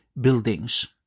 buildings